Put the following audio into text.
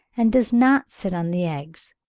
and does not sit on the eggs.